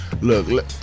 Look